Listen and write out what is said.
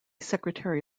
secretary